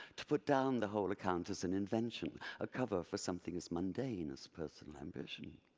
to put down the whole account as an invention, a cover for some things mundane as personal ambition.